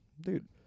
dude